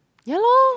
ya lor